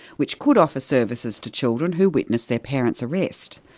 which could offer services to children who witness their parents' arrest.